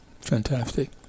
fantastic